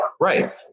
Right